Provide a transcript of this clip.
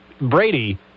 Brady